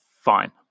Fine